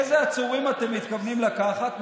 מעניין איזה עצורים אתם מתכוונים לקחת.